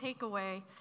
takeaway